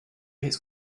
his